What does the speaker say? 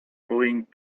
going